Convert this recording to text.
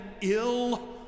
ill